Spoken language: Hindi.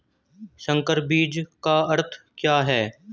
संकर बीज का अर्थ क्या है?